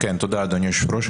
אדוני היושב ראש,